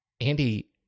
Andy